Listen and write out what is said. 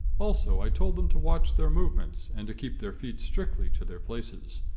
also, i told them to watch their movements, and to keep their feet strictly to their places.